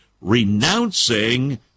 renouncing